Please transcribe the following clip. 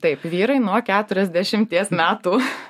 taip vyrai nuo keturiasdešimties metų